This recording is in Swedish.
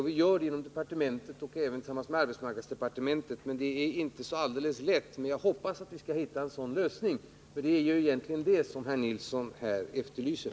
Sådana funderingar förekommer också inom departementet och tillsammans med arbetsmarknadsdepartementet. Det är inte särdeles lätt, men jag hoppas att vi skall finna en sådan lösning. Det är egentligen någonting sådant som herr Nilsson efterlyser.